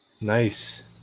nice